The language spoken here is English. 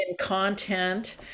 content